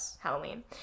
Halloween